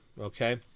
Okay